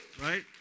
right